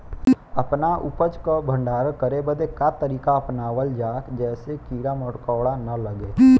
अपना उपज क भंडारन करे बदे का तरीका अपनावल जा जेसे कीड़ा मकोड़ा न लगें?